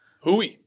Hui